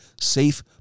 safe